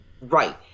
Right